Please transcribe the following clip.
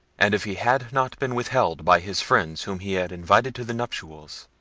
and, if he had not been withheld by his friends whom he had invited to the nuptials,